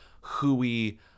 hooey